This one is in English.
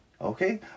Okay